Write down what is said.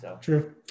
True